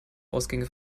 ausgänge